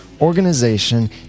organization